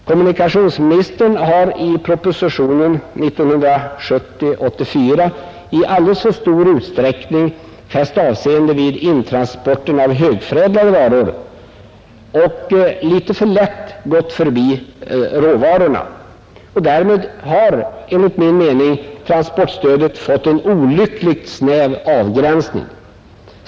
Kommunikationsministern har i propositionen 84 år 1970 i alltför stor utsträckning fäst avseende vid intransporten av högförädlade varor och litet för lätt gått förbi råvarorna. Därmed har enligt min mening transportstödet fått en olyckligt snäv avgränsning.